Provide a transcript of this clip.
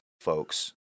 folks